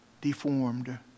deformed